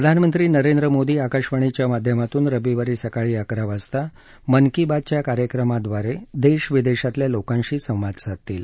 प्रधानमंत्री नरेंद्र मोदी आकाशवाणीच्या माध्यमातून रविवारी सकाळी अकरा वाजता मन की बातच्या कार्यक्रमाद्वारे देश विदेशातल्या लोकांशी संवाद साधतील